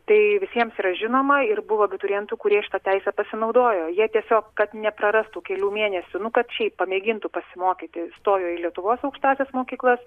tai visiems yra žinoma ir buvo abiturientų kurie šita teise pasinaudojo jie tiesiog kad neprarastų kelių mėnesių nu kad šiaip pamėgintų pasimokyti stojo į lietuvos aukštąsias mokyklas